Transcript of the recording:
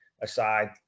aside